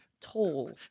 tall